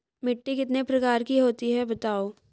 मिट्टी कितने प्रकार की होती हैं बताओ?